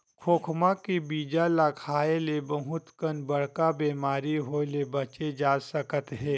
खोखमा के बीजा ल खाए ले बहुत कन बड़का बेमारी होए ले बाचे जा सकत हे